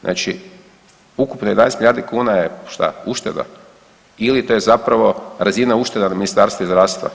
Znači, ukupno 11 milijardi kuna je što, ušteda ili to je zapravo razina ušteda na Ministarstvu zdravstva?